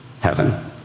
heaven